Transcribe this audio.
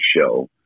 show